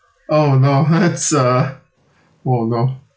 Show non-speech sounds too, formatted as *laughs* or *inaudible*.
oh no *laughs* that's uh !whoa! no